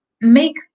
make